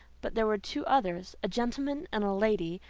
but there were two others, a gentleman and lady,